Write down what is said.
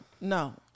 no